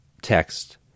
text